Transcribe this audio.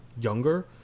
younger